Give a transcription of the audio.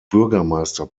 bürgermeister